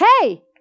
Hey